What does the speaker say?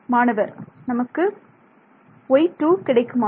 மாணவர் நமக்கு y2 கிடைக்குமா